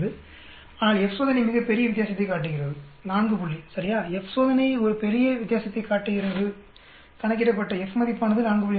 05 ஆனால் F சோதனை மிகப் பெரிய வித்தியாசத்தைக் காட்டுகிறது 4 புள்ளி சரியா F சோதனை ஒரு பெரிய வித்தியாசத்தைக் காட்டுகிறது கணக்கிடப்பட்ட F மதிப்பு ஆனது 4